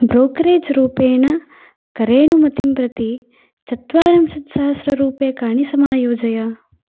brokerage रूपेण करेणुमतिं प्रति चत्वारिंशत्सहस्ररूप्यकाणि समायोजय